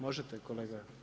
Možete kolega?